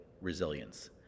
resilience